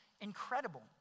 incredible